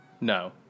No